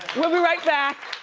we'll be right back.